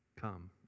come